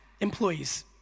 Employees